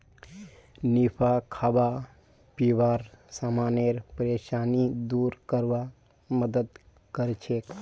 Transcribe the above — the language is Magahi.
निफा खाबा पीबार समानेर परेशानी दूर करवार मदद करछेक